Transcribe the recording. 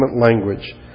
language